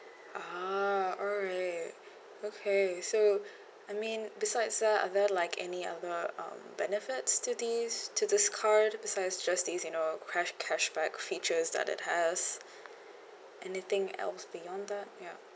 ah alright okay so I mean besides that are there like any other um benefits to this to this card besides just these you know cash cashback features that it has anything else beyond that ya